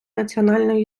національної